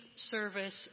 Service